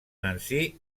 nancy